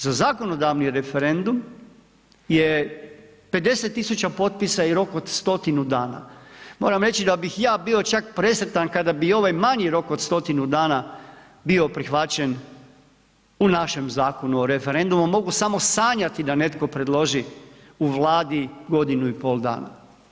Za zakonodavni referendum je 50 000 potpisa i rok od 100 dana, moram reći da bih ja bio čak presretan kada bi ovaj manji rok od 100 dana bio prihvaćen u našem Zakonu o referendumu ali mogu sanjati da netko predloži u Vladi godinu i pol dana.